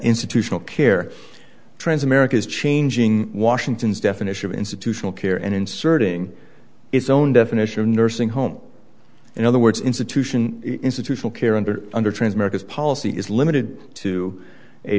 institutional care trans america is changing washington's definition of institutional care and inserting its own definition of nursing home in other words institution institutional care under under transmit this policy is limited to a